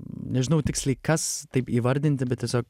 nežinau tiksliai kas taip įvardinti bet tiesiog